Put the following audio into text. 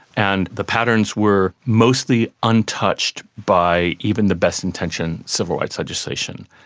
and the patterns were mostly untouched by even the best intentioned civil rights legislation.